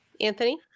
Anthony